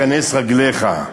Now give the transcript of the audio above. כנס רגליך,